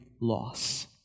loss